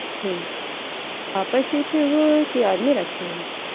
ठीक आप ही सिलती हो कि आदमी रखे हो